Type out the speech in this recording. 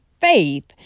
faith